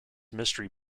mystery